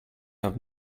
have